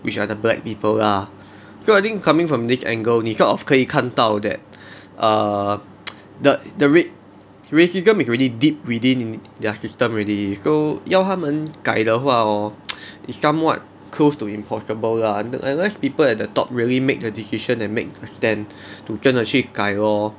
which are the black people lah so I think coming from this angle 你 sort of 可以看到 that err the the rac~ racism is very deep within their system already so 要他们改的话 hor it's somewhat close to impossible lah un~ unless people at the top really make a decision and make a stand to 真的去改 lor